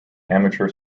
amateur